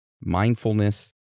mindfulness